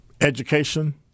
Education